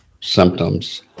symptoms